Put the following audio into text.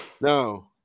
No